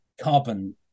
carbon